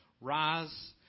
Rise